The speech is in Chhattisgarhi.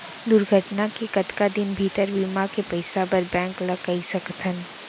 दुर्घटना के कतका दिन भीतर बीमा के पइसा बर बैंक ल कई सकथन?